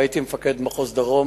הייתי מפקד מחוז דרום,